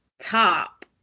top